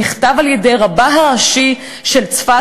שנכתב על-ידי רבה הראשי של צפת,